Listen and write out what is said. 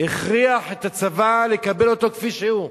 הכריח את הצבא לקבל אותו כפי שהוא.